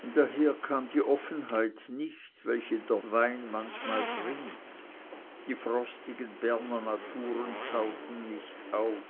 daher kam die offenheit nicht welche der wein manchmal bringt die frostigen bernernaturen tauten nicht auf